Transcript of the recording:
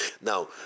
now